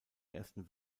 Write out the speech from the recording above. ersten